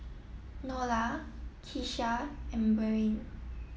Nola Kesha and Beryl